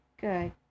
good